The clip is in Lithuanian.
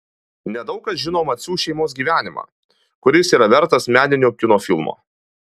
nedaug kas žino macių šeimos gyvenimą kuris yra vertas meninio kino filmo